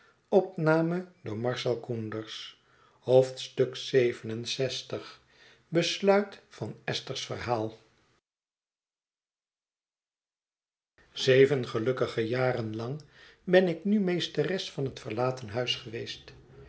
besluit van esther's verhaal zeven gelukkige jaren lang ben ik nu meesteres van het verlaten huis geweest